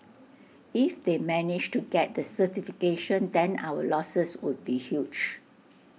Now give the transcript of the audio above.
if they managed to get the certification then our losses would be huge